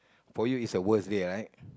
for you is the worst day right